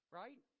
right